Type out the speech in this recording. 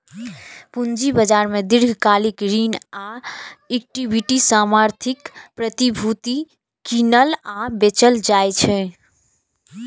पूंजी बाजार मे दीर्घकालिक ऋण आ इक्विटी समर्थित प्रतिभूति कीनल आ बेचल जाइ छै